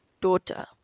daughter